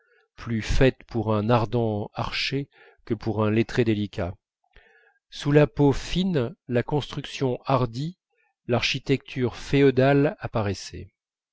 plus faite pour un ardent archer que pour un lettré délicat sous la peau fine la construction hardie l'architecture féodale apparaissaient